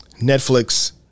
Netflix